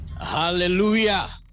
Hallelujah